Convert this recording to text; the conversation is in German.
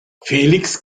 felix